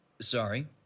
Sorry